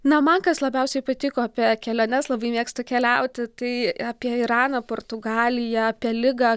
na man kas labiausiai patiko apie keliones labai mėgstu keliauti tai apie iraną portugaliją apie ligą